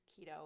keto